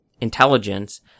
intelligence